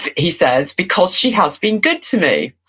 he says, because she has been good to me.